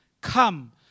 come